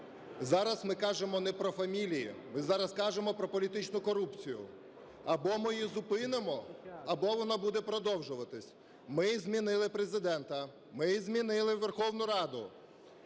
Зараз ми кажемо не про фамілії, ми зараз кажемо про політичну корупцію. Або ми її зупинено, або вона буде продовжуватись. Ми змінили Президента, ми змінили Верховну Раду,